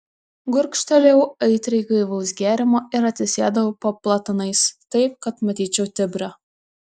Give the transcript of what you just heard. gurkštelėjau aitriai gaivaus gėrimo ir atsisėdau po platanais taip kad matyčiau tibrą